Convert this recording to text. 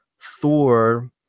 Thor